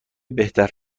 بهتر